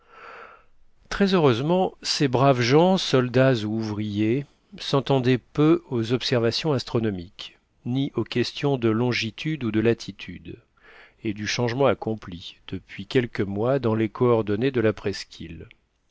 très heureusement ces braves gens soldats ou ouvriers s'entendaient peu aux observations astronomiques ni aux questions de longitude ou de latitude et du changement accompli depuis quelques mois dans les coordonnées de la presqu'île